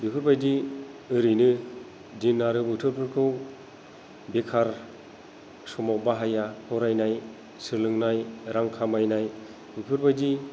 बेफोरबादि ओरैनो दिन आरो बोथोरफोरखौ बेकार समाव बाहाया फरायनाय सोलोंनाय रां खामायनाय बेफोरबादि